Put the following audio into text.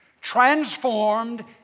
Transformed